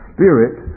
Spirit